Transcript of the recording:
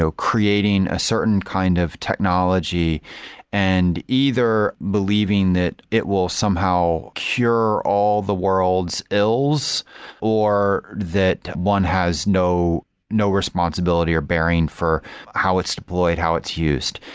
so creating a certain kind of technology and either believing that it will somehow cure all the world's ills or that one has no no responsibility or bearing for how it's deployed, how it's used.